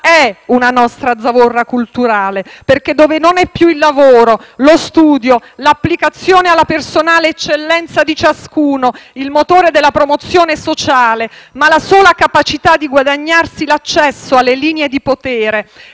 è una nostra zavorra culturale perché, dove non è più il lavoro, lo studio e l'applicazione alla personale eccellenza di ciascuno il motore della promozione sociale, ma la sola capacità di guadagnarsi l'accesso alle linee di potere,